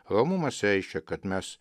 romumas reiškia kad mes